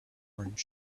orange